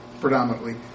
predominantly